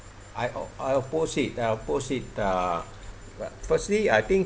I I proceed uh proceed uh firstly I think